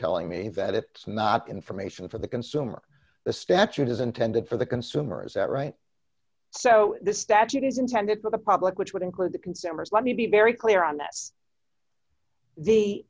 telling me that if it's not information for the consumer the statute is intended for the consumers that right so this statute is intended for the public which would include the consumers let me be very clear on this the